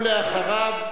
ואחריו,